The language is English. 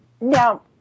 Now